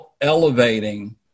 elevating